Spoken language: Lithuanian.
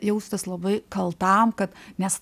jaustis labai kaltam kad nes